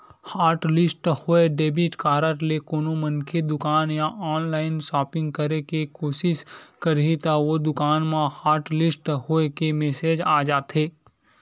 hotlist होए debit card ले कोनो मनखे दुकान या ऑनलाईन सॉपिंग करे के कोसिस करही त ओ दुकान म हॉटलिस्ट होए के मेसेज आ जाथे